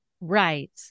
Right